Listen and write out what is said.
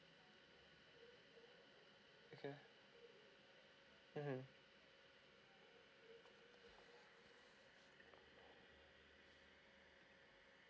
okay mmhmm